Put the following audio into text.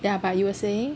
ya but you were saying